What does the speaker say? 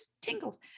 tingles